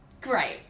Great